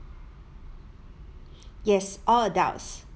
yes all adults